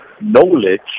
knowledge